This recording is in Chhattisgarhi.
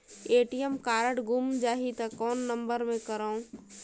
ए.टी.एम कारड गुम जाही त कौन नम्बर मे करव?